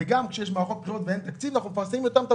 וגם כשיש מערכות בחירות ואין תקציב אנחנו מפרסמים את אותם התבחינים.